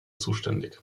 zuständig